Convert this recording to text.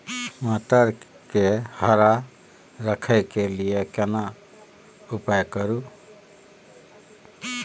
मटर के हरा रखय के लिए केना उपाय करू?